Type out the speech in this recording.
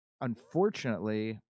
unfortunately